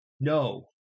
No